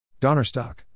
Donnerstock